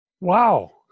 wow